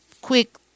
quick